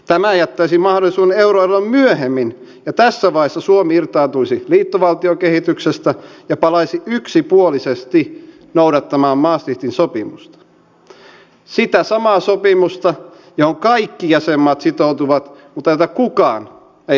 tämä jättäisi mahdollisuuden euroeroon myöhemmin ja tässä vaiheessa suomi irtaantuisi liittovaltiokehityksestä ja palaisi yksipuolisesti noudattamaan maastrichtin sopimusta sitä samaa sopimusta johon kaikki jäsenmaat sitoutuvat mutta jota kukaan ei ole noudattanut